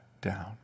down